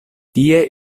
tie